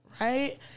right